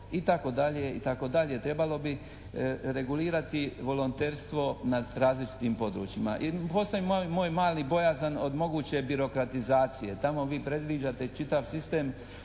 itd., itd. Trebalo bi regulirati volonterstvo na različitim područjima. I postoji moj mali bojazan od moguće birokratizacije. Tamo vi predviđate čitav sistem